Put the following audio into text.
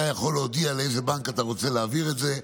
אתה יכול להודיע לאיזה בנק אתה רוצה להעביר את זה,